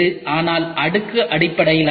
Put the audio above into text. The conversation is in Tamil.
ஆனால் அடுக்கு அடிப்படையிலானது